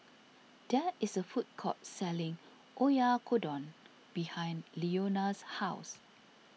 there is a food court selling Oyakodon behind Leona's house